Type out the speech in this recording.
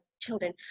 children